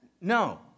No